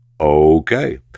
Okay